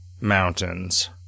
mountains